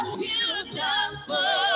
beautiful